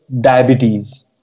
diabetes